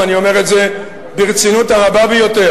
ואני אומר את זה ברצינות הרבה ביותר,